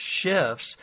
shifts